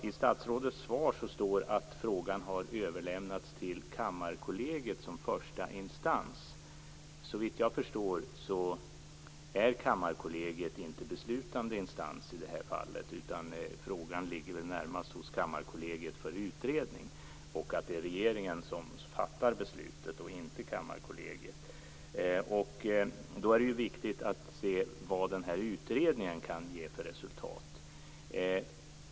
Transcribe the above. I statsrådets svar meddelas att frågan har överlämnats till Kammarkollegiet som första instans. Såvitt jag förstår är Kammarkollegiet i det här fallet inte beslutande instans, utan frågan ligger hos Kammarkollegiet närmast för utredning. Det är regeringen som fattar beslutet, inte Kammarkollegiet. Det är viktigt att se på vilket resultat utredningen kan ge.